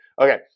Okay